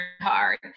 Hard